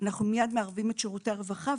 אנחנו מיד מערבים את שירותי הרווחה,